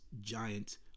giant